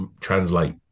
translate